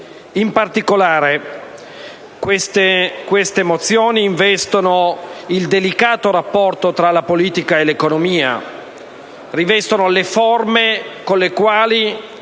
In particolare, queste mozioni investono il delicato rapporto tra la politica e l'economia, investono le forme con le quali